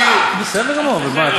אני נותן רמב"ם.